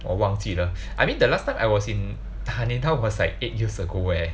我忘记了 I mean the last time I was in Haneda was like eight years ago eh